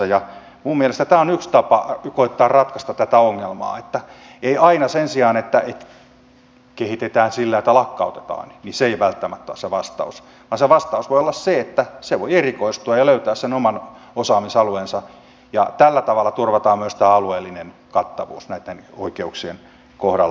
minun mielestäni tämä on yksi tapa koettaa ratkaista tätä ongelmaa että sen sijaan että kehitetään sillä että lakkautetaan se ei aina välttämättä ole se vastaus se vastaus voi olla se että se voi erikoistua ja löytää sen oman osaamisalueensa ja tällä tavalla turvataan myös tämä alueellinen kattavuus näitten oikeuksien kohdalla